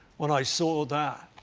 when i saw that,